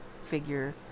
figure